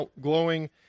glowing